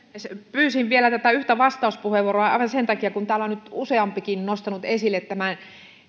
pyysin vielä tätä yhtä vastauspuheenvuoroa aivan sen takia että täällä on nyt useampikin nostanut esille tämän